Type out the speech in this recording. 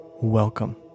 Welcome